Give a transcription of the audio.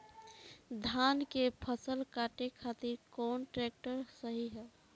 धान के फसल काटे खातिर कौन ट्रैक्टर सही ह?